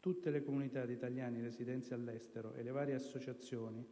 Tutte le comunità di italiani residenti all'estero e le varie associazioni